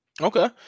Okay